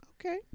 Okay